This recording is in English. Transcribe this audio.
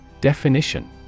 Definition